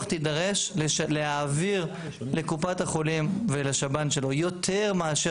תידרש להעביר לקופת החולים ולשב"ן שלה יותר מאשר